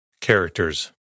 Characters